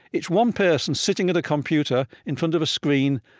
it's one person, sitting at a computer in front of a screen,